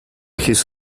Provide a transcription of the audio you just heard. his